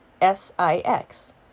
S-I-X